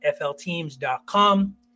flteams.com